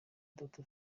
data